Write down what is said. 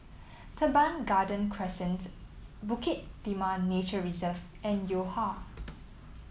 Teban Garden Crescent Bukit Timah Nature Reserve and Yo Ha